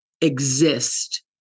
exist